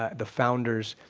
ah the founders,